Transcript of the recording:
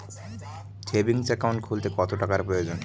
Savings account খুলতে কত টাকার প্রয়োজন?